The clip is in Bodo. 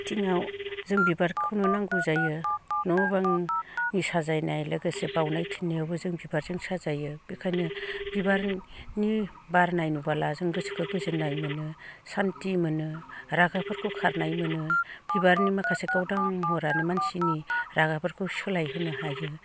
बिथिङाव जों बिबारखौनो नांगौ जायो न' बांनि साजायनाय लोगोसे बावनाय खिनियावबो जों बिबारजों साजायो बेनिखायनो बिबारनि बारनाय नुबोला जों गोसोखौ गोजोन्नाय मोनो सान्थि मोनो रागाफोरखौ खारनाय मोनो बिबारनि माखासे गावदां महरानो मानसिनि रागाफोरखौ सोलायहोनो हायो